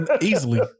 Easily